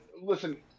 Listen